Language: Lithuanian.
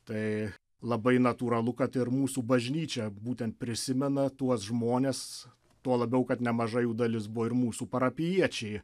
tai labai natūralu kad ir mūsų bažnyčia būtent prisimena tuos žmones tuo labiau kad nemaža jų dalis buvo ir mūsų parapijiečiai